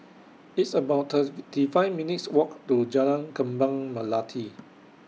It's about thirty five minutes' Walk to Jalan Kembang Melati